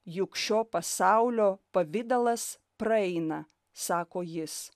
juk šio pasaulio pavidalas praeina sako jis